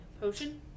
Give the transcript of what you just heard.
potion